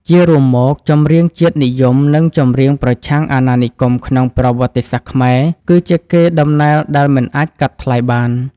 ជារួមមក ចម្រៀងជាតិនិយម និងចម្រៀងប្រឆាំងអាណានិគមក្នុងប្រវត្តិសាស្ត្រខ្មែរ គឺជាកេរដំណែលដែលមិនអាចកាត់ថ្លៃបាន។